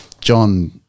John